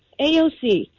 AOC